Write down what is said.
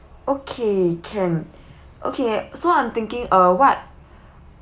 okay can okay so I'm thinking uh what